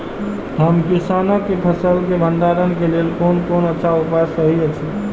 हम किसानके फसल के भंडारण के लेल कोन कोन अच्छा उपाय सहि अछि?